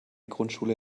grundschule